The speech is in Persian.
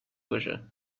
باشه